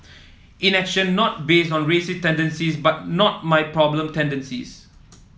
inaction not based on racist tendencies but not my problem tendencies